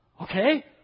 Okay